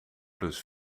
plus